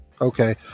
okay